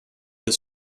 this